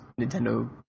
Nintendo